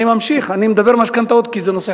אני מדבר בנושא המשכנתאות כי זה נושא חשוב,